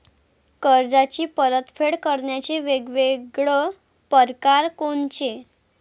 कर्जाची परतफेड करण्याचे वेगवेगळ परकार कोनचे?